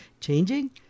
changing